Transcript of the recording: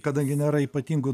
kadangi nėra ypatingų